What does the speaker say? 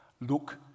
Look